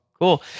Cool